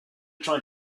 tried